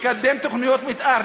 לקדם תוכניות מתאר,